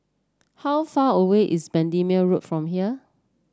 how far away is Bendemeer Road from here